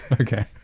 Okay